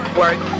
work